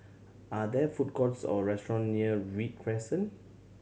are there food courts or restaurant near Read Crescent